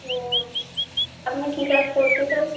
ও আপনি কী কাজ করতে চান